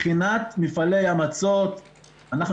אם